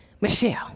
Michelle